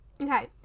Okay